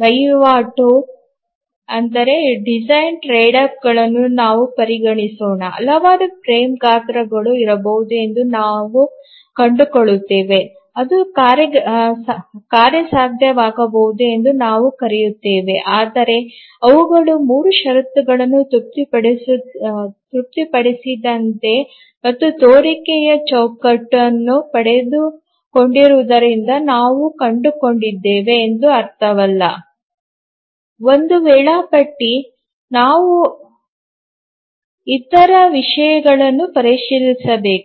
ವಹಿವಾಟುಗಳನ್ನು ನಾವು ಪರಿಗಣಿಸೋಣ ಹಲವಾರು ಫ್ರೇಮ್ ಗಾತ್ರಗಳು ಇರಬಹುದು ಎಂದು ನಾವು ಕಂಡುಕೊಳ್ಳುತ್ತೇವೆ ಅದು ಕಾರ್ಯಸಾಧ್ಯವಾಗಬಹುದು ಎಂದು ನಾವು ಕರೆಯುತ್ತೇವೆ ಆದರೆ ಅವುಗಳು 3 ಷರತ್ತುಗಳನ್ನು ತೃಪ್ತಿಪಡಿಸಿದಂತೆ ಮತ್ತು ತೋರಿಕೆಯ ಚೌಕಟ್ಟನ್ನು ಪಡೆದುಕೊಂಡಿರುವುದರಿಂದ ನಾವು ಕಂಡುಕೊಂಡಿದ್ದೇವೆ ಎಂದು ಅರ್ಥವಲ್ಲ ಒಂದು ವೇಳಾಪಟ್ಟಿ ನಾವು ಇತರ ವಿಷಯಗಳನ್ನು ಪರಿಶೀಲಿಸಬೇಕು